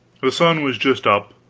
the sun was just up,